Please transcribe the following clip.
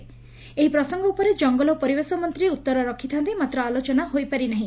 ' ଏହି ପ୍ରସଙ୍ଗ ଉପରେ ଜଙ୍ଗଲ ଓ ପରିବେଶ ମନ୍ତୀ ଉତ୍ତର ରଖିଥାନ୍ତେ ମାତ୍ର ଆଲୋଚନା ହୋଇପାରି ନାହି